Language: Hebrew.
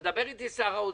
מדבר איתי שר האוצר.